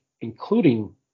including